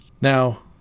Now